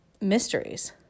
Mysteries